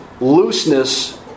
looseness